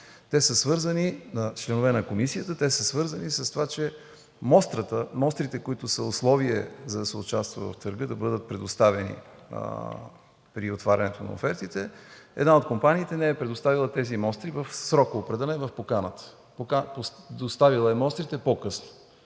една от четирите покани. Те са свързани с това, че мострите, които са условие, за да се участва в търга, да бъдат предоставени при отварянето на офертите, една от компаниите не е предоставила тези мостри в срока, определен в поканата. Доставила е мострите по-късно.